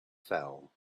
fell